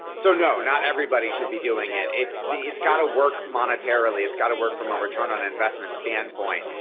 so no not everybody should be doing it. it's the, it's got to work. monetarily it's got to work from a return on investment standpoint.